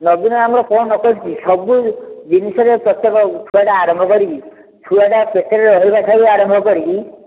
ନବୀନ ଆମର କ'ଣ ନ କରିଛି ସବୁ ଜିନିଷରେ ପ୍ରତେକ ଆରମ୍ଭ କରିକି ଛୁଆଟା ପେଟରେ ରହିବାଠାରୁ ଆରମ୍ଭ କରିକି